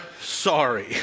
sorry